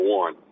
one